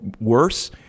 worse